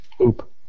Oop